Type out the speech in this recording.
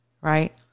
Right